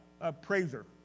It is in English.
appraiser